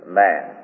man